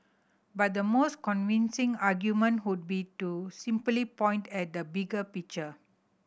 but the most convincing argument would be to simply point at the bigger picture